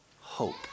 hope